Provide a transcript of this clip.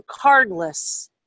cardless